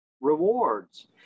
rewards